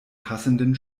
passenden